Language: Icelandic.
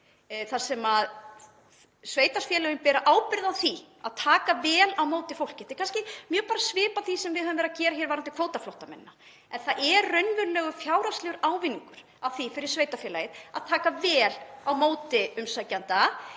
þar sem sveitarfélögin bera ábyrgð á því að taka vel á móti fólki. Þetta er mjög svipað því sem við höfum verið að gera hér varðandi kvótaflóttamennina. En það er raunverulegur fjárhagslegur ávinningur af því fyrir sveitarfélagið að taka vel á móti umsækjanda,